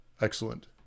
Excellent